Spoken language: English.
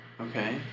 Okay